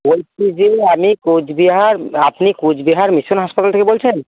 বলছি যে আমি কোচবিহার আপনি কোচবিহার মিশন হাসপাতাল থেকে বলছেন